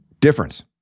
Difference